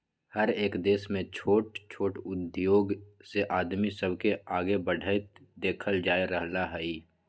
हरएक देश में छोट छोट उद्धोग से आदमी सब के आगे बढ़ईत देखल जा रहल हई